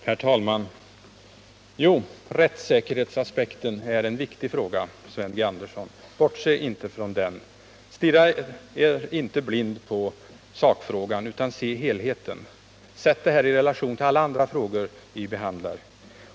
Herr talman! Jo, rättssäkerhetsaspekten är en viktig fråga, Sven G. Andersson. Bortse inte från den, och stirra er inte blinda på sakfrågan, utan se helheten! Sätt det här i relation till alla andra frågor vi behandlar!